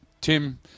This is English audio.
Tim